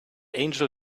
angel